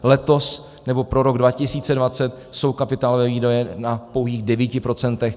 Letos, nebo pro rok 2020, jsou kapitálové výdaje na pouhých 9 %.